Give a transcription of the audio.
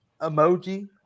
emoji